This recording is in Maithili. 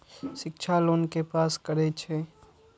शिक्षा लोन के पास करें छै?